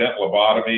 lobotomy